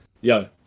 yo